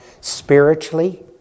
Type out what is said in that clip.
spiritually